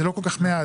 זה לא כל כך מעט,